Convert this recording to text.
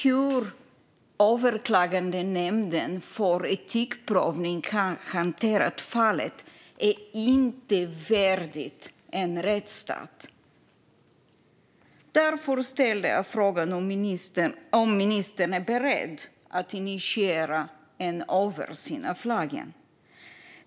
Hur Överklagandenämnden för etikprövning har hanterat fallet är inte värdigt en rättsstat. Därför ställde jag frågan om ministern är beredd att initiera en översyn av lagen.